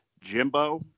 Jimbo